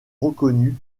reconnus